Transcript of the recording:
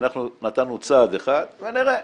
אנחנו נתנו צעד אחד ונראה,